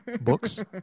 books